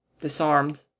Disarmed